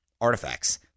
artifacts